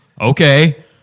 okay